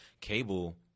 Cable